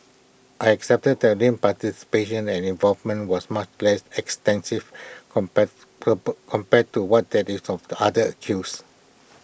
I accepted that Lim's participation and involvement was much less extensive compare compare to what that is of the other accused